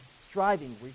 striving